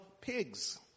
pigs